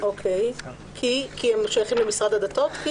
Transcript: כי הם שייכים למשרד הדתות?